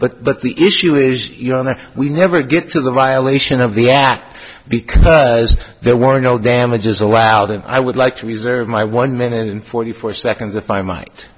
but the issue is you know that we never get to the violation of the act because there were no damages allowed and i would like to reserve my one minute and forty four seconds if i might